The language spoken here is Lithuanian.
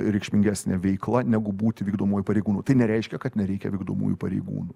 reikšmingesnė veikla negu būti vykdomuoju pareigūnu tai nereiškia kad nereikia vykdomųjų pareigūnų